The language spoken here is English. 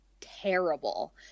terrible